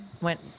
went